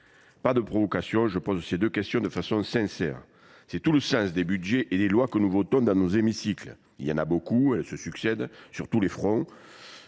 pas de la provocation. Je pose ces deux questions de façon sincère. C’est tout le sens des budgets et des lois que nous votons dans nos assemblées. Il y en a beaucoup ; elles se succèdent dans tous les domaines.